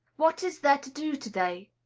what is there to do to-day?